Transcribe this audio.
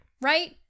Right